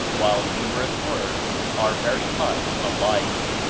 while numerous words are very much alike.